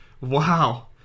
Wow